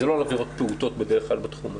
זה לא על עבירות פעוטות בדרך כלל בתחום הזה,